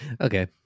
Okay